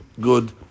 good